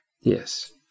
Yes